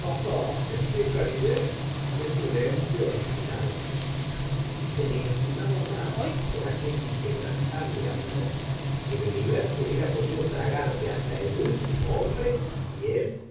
li canivet es un ente original y se le estimaba más por aquel inquebrantable aplomo el universo hubiera podido tragarse hasta el último hombre y él